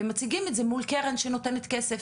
ומציגים את זה מול קרן שנותנת כסף,